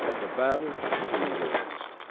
the battle for two worlds.